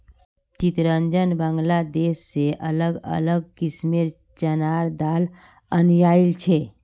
चितरंजन बांग्लादेश से अलग अलग किस्मेंर चनार दाल अनियाइल छे